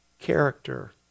character